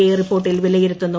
I റിപ്പോർട്ടിൽ വിലയിരുത്തുന്നു